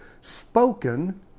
spoken